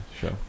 show